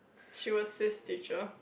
she was sis teacher